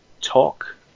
talk